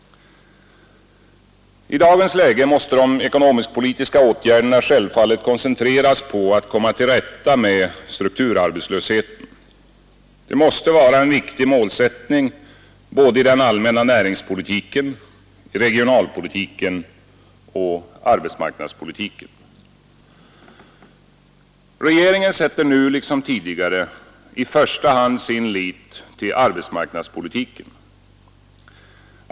I dagens läge måste de ekonomisk-politiska åtgärderna självfallet koncentreras på att komma till rätta med strukturarbetslösheten. Detta måste vara en viktig målsättning både i den allmänna näringspolitiken, regionalpolitiken och arbetsmarknadspolitiken Regeringen sätter nu liksom tidigare i första hand sin lit till arbetsmarknadspolitiken.